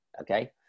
Okay